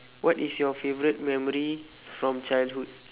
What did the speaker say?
what is your favourite memory from childhood